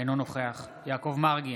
אינו נוכח יעקב מרגי,